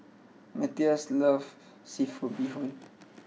Matthias love Seafood Bee Hoon